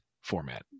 format